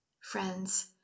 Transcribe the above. Friends